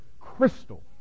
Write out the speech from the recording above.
crystal